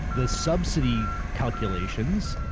the subsidy calculations.